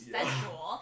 sensual